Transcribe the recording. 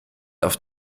auf